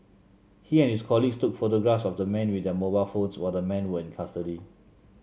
he and his colleagues took photographs of the men with their mobile phones while the men were in custody